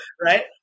right